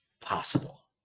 possible